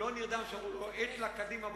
הוא לא נרדם כשאמרו לו: קדימה,